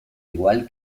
igual